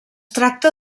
tracta